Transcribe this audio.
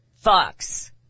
Fox